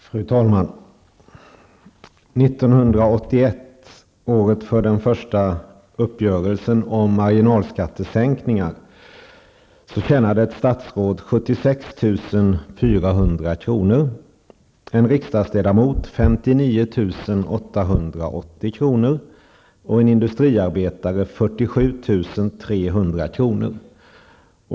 Fru talman! År 1981 var året för den första uppgörelsen om marginalskattesänkningar. Då tjänade ett statsråd 76 400 kr., en riksdagsledamot 59 880 kr. och en industriarbetare 47 300 kr.